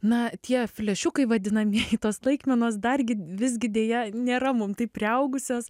na tie flešiukai vadinamieji tos laikmenos dargi visgi deja nėra mum taip priaugusios